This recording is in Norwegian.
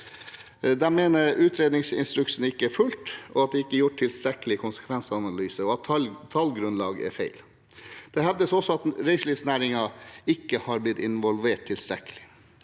De mener utredningsinstruksen ikke har blitt fulgt, at det ikke har blitt gjort en tilstrekkelig konsekvensanalyse, og at tallgrunnlaget er feil. Det hevdes også at reiselivsnæringen ikke har blitt tilstrekkelig